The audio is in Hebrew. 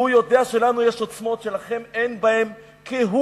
והוא יודע שלנו יש עוצמות שלכם אין בהן כהוא-זה.